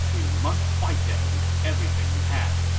we must fight them with everything we have.